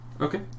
Okay